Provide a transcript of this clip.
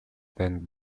than